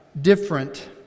different